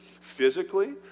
physically